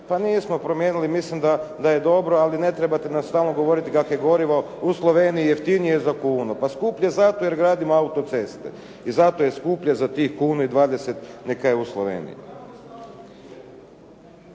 pa nismo promijenili. Mislim da je dobro, ali ne trebate nam stalno govoriti kako je gorivo u Sloveniji jeftinije za kunu. Pa skuplje je zato jer gradimo autoceste i zato je skuplje za tih kunu i 20 nego kaj je u Sloveniji.